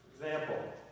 Example